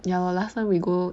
ya lor last time we go